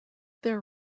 their